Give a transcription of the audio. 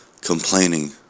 complaining